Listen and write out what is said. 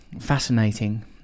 fascinating